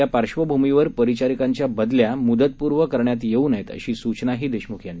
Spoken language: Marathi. या पार्श्वभूमीवर परिचारिकांच्याबदल्या मुदतपूर्व करण्यात येऊ नयेत अशी सूचना देशमुख यांनी केली